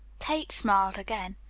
kate smiled again.